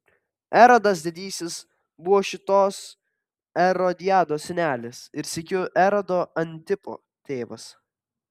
erodas didysis buvo šitos erodiados senelis ir sykiu erodo antipo tėvas